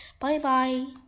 Bye-bye